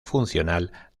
funcional